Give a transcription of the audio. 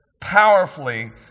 powerfully